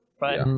right